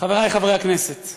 חבריי חברי הכנסת,